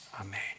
amen